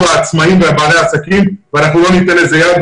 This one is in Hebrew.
העצמאים ובעלי העסקים ואנחנו לא ניתן לזה יד.